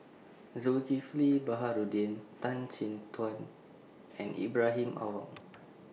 Zulkifli Baharudin Tan Chin Tuan and Ibrahim Awang